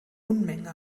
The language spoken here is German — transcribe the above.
unmenge